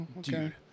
dude